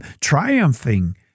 triumphing